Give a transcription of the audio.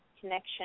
connection